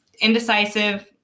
indecisive